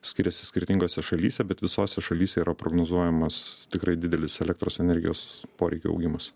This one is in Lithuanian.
skiriasi skirtingose šalyse bet visose šalyse yra prognozuojamas tikrai didelis elektros energijos poreikio augimas